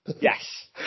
Yes